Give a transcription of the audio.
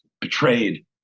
betrayed